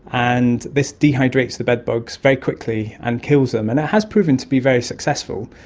and this dehydrates the bedbugs very quickly and kills them. and it has proven to be very successful.